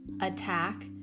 Attack